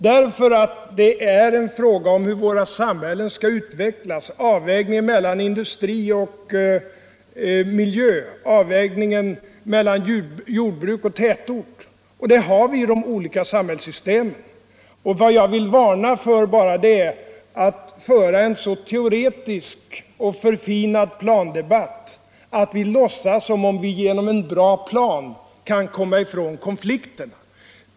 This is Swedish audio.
Detta är nämligen en fråga om hur våra samhällen skall utvecklas, det är en fråga om avvägningen mellan industri och miljö, mellan jordbruk och tätort. De problemen finns i de olika samhällssystemen. Vad jag vill varna för är bara att föra en så teoretisk och förfinad plandebatt att vi låtsas som om vi genom en bra plan kan komma ifrån konflikterna.